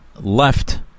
left